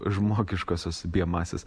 žmogiškąsios biomasės